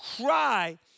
cry